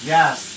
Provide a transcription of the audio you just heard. Yes